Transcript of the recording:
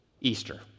easter